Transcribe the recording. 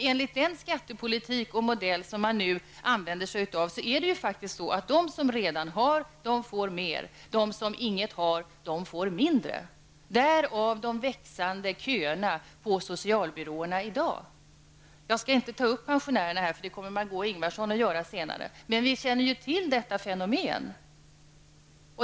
Enligt den skattemodell som man nu använder sig av är det faktiskt så att de som redan har får mera, de som inget har får mindre. Därav de växande köerna på socialbyråerna i dag! Jag skall inte ta upp pensionärerna i det här sammanhanget, för det kommer Margó Ingvardsson att göra senare, men vi känner ju till detta fenomen.